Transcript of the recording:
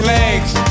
legs